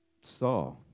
saw